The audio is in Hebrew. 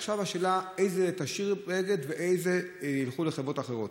עכשיו השאלה היא איזה תשאיר באגד ואיזה ילכו לחברות אחרות.